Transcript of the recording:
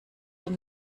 den